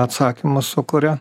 atsakymą sukuria